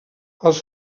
els